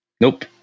Nope